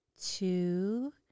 two